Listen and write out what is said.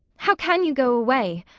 how can you go away?